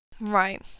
Right